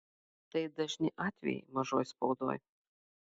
tai dažni atvejai mažoj spaudoj